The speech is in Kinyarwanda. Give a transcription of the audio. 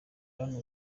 hano